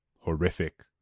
horrific